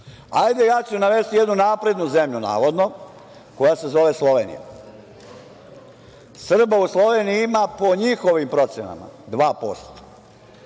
Ja ću navesti jednu naprednu zemlju, navodno, koja se zove Slovenija. Srba u Sloveniji ima po njihovim procenama 2%